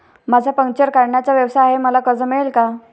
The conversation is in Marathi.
माझा पंक्चर काढण्याचा व्यवसाय आहे मला कर्ज मिळेल का?